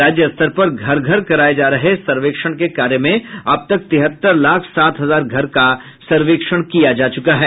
राज्य स्तर पर घर घर कराए जा रहे हैं सर्वेक्षण के कार्य में अब तक तिहत्तर लाख सात हजार घर का सर्वेक्षण किया जा च्रका है